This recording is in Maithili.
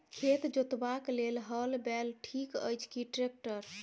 खेत जोतबाक लेल हल बैल ठीक अछि की ट्रैक्टर?